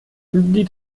die